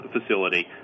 facility